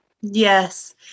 Yes